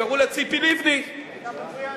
שקראו לה ציפי לבני, היא היתה מצוינת.